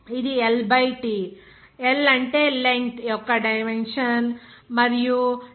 ఇది L T అంటే L అంటే లెంగ్త్ యొక్క డైమెన్షన్ మరియు టైమ్ యొక్క డైమెన్షన్ T